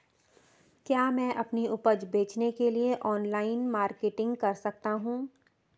क्या मैं अपनी उपज बेचने के लिए ऑनलाइन मार्केटिंग कर सकता हूँ?